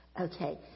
Okay